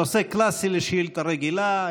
נושא קלאסי לשאילתה רגילה.